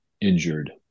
injured